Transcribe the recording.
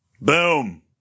Boom